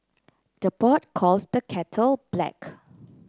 the pot calls the kettle black